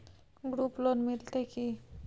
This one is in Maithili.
ग्रुप लोन मिलतै की?